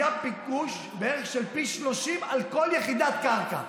היה ביקוש בערך של פי 30 על כל יחידת קרקע,